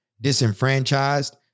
disenfranchised